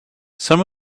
some